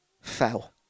fell